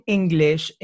English